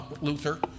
Luther